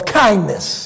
kindness